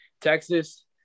Texas